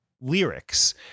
lyrics